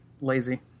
lazy